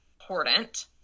important